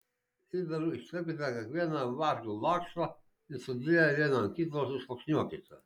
įdaru ištepkite kiekvieną vaflių lakštą ir sudėję vieną ant kito susluoksniuokite